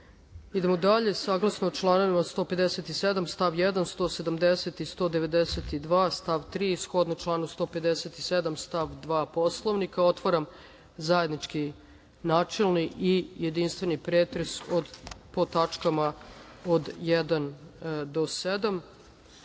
usvojen. Saglasno čl. 157. stav 1, 170. i 192. stav 3, a shodno članu 157. stav 2. Poslovnika, otvaram zajednički načelni i jedinstveni pretres po tačkama od 1 do 7.Da